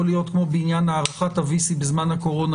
להיות כמו בעניין הארכת ה-VC בזמן הקורונה,